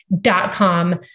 dot-com